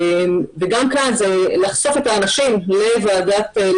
גם כאן זה לחשוף את האנשים לאופציה